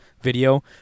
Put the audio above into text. video